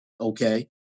Okay